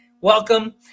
Welcome